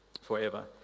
forever